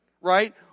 Right